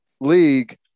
league